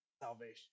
salvation